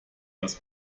das